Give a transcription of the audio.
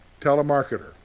telemarketer